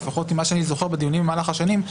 לפחות ממה שאני זוכר בדיונים במהלך השנים,